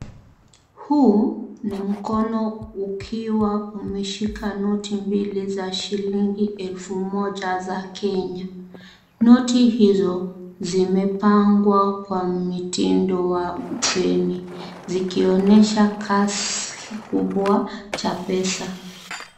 Huu, ni mkono, ukiwa umeshika noti mbili za shilingi elfu moja za Kenya, noti hizo, zimepangwa kwa mitindo wa feni, zikionesha kassi kubwa, cha pesa.